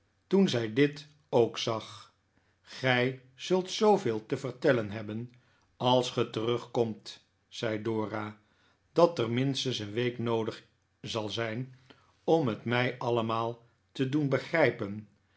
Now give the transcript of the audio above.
toen zij dit ook zag gij zult zooveel te vertellen hebben als ge terugkomt zei dora dat er minstens een week noodig zal zijn om het mij alleniaal te doen begrijpen